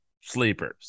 sleepers